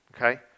okay